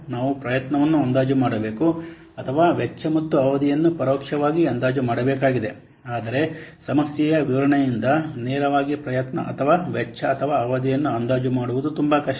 ನಾವು ಪ್ರಯತ್ನವನ್ನು ಅಂದಾಜು ಮಾಡಬೇಕು ಅಥವಾ ವೆಚ್ಚ ಮತ್ತು ಅವಧಿಯನ್ನು ಪರೋಕ್ಷವಾಗಿ ಅಂದಾಜು ಮಾಡಬೇಕಾಗಿದೆ ಆದರೆ ಸಮಸ್ಯೆಯ ವಿವರಣೆಯಿಂದ ನೇರವಾಗಿ ಪ್ರಯತ್ನ ಅಥವಾ ವೆಚ್ಚ ಅಥವಾ ಅವಧಿಯನ್ನು ಅಂದಾಜು ಮಾಡುವುದು ತುಂಬಾ ಕಷ್ಟ